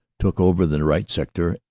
took over the right sector,